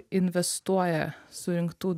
investuoja surinktų